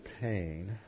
pain